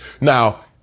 Now